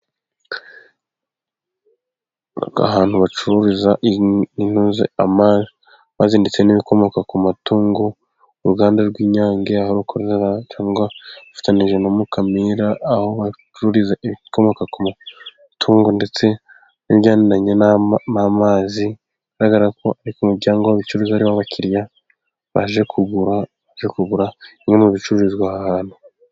Ahantu bacururiza intuza, amazi ndetse n'ibikomoka ku matungo. Uruganda rw'Inyange aho rukorera cyangwa bafatanyije na Mukamira aho bacururiza ibikomoka ku matungo ndetse n'ibijyanye n'amazi. Bigaragara ko arikoryango w'abacuruza ari w'abakiriya baje kugura bamaze kugura bimwe mu bicuruzwa aha hantu.